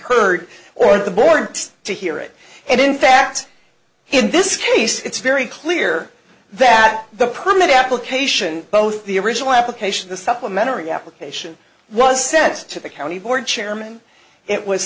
heard or the board to hear it and in fact in this case it's very clear that the permit application both the original application the supplementary application was sent to the county board chairman it was